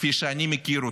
כפי שאני מכיר אותה.